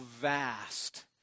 vast